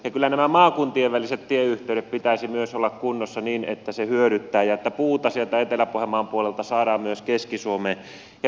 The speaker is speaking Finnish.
ja kyllä myös näiden maakuntien välisten tieyhteyksien pitäisi olla kunnossa niin että se hyödyttää ja puuta sieltä etelä pohjanmaan puolelta saadaan myös keski suomeen